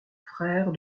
frère